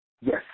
Yes